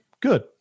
good